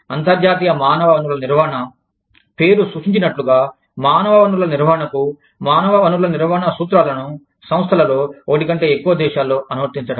కాబట్టి అంతర్జాతీయ మానవ వనరుల నిర్వహణ పేరు సూచించినట్లుగా మానవ వనరుల నిర్వహణకు మానవ వనరుల నిర్వహణ సూత్రాలను సంస్థలలో ఒకటి కంటే ఎక్కువ దేశాలలోఅనువర్తించడం